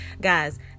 Guys